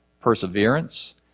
perseverance